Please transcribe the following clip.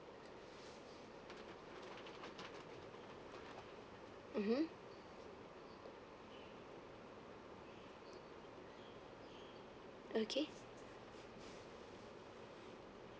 mmhmm okay